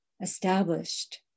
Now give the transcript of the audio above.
established